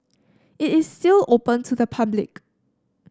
it is still open to the public